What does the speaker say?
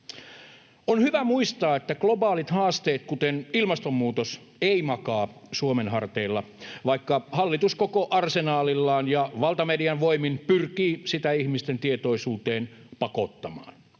On hyvä muistaa, että globaalit haasteet, kuten ilmastonmuutos, eivät makaa Suomen harteilla, vaikka hallitus koko arsenaalillaan ja valtamedian voimin pyrkii sitä ihmisten tietoisuuteen pakottamaan.